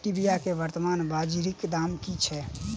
Stevia केँ वर्तमान बाजारीक दाम की छैक?